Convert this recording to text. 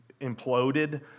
imploded